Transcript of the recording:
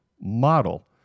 model